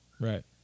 Right